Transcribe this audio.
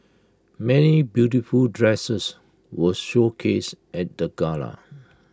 many beautiful dresses were showcased at the gala